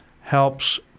helps